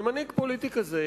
ומנהיג פוליטי כזה,